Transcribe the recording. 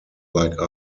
like